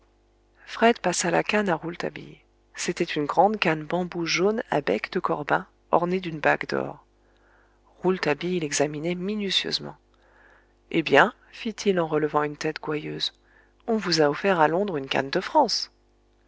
fred passa la canne à rouletabille c'était une grande canne bambou jaune à bec de corbin ornée d'une bague d'or rouletabille l'examinait minutieusement eh bien fit-il en relevant une tête gouailleuse on vous a offert à londres une canne de france